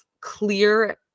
clear